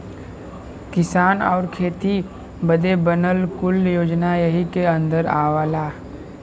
किसान आउर खेती बदे बनल कुल योजना यही के अन्दर आवला